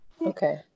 okay